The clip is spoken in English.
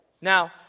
Now